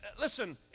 listen